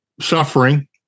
suffering